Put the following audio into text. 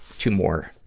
two more,